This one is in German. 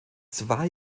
zwei